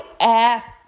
ass